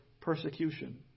persecution